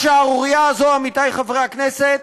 השערורייה הזאת, עמיתי חברי הכנסת,